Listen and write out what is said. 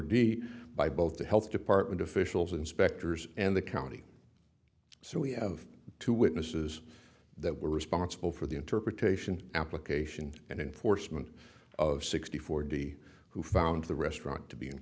d by both the health department officials inspectors and the county so we have two witnesses that were responsible for the interpretation application and enforcement of sixty four d who found the restaurant to be in